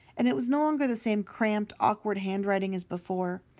and it was no longer the same cramped, awkward handwriting as before.